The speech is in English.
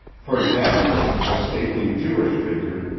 for jasper, the stately jewish figure,